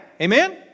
Amen